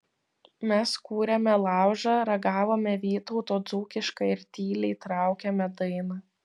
mes kūrėme laužą ragavome vytauto dzūkišką ir tyliai traukėme dainą